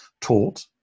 taught